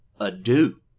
adieu